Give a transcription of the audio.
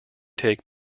take